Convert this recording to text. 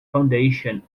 foundation